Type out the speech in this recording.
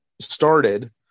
started